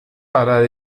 parar